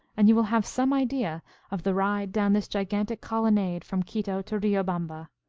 and you will have some idea of the ride down this gigantic colonnade from quito to riobamba.